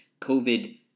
COVID